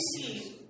see